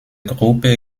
gruppe